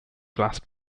glass